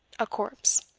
a corpse.